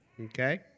Okay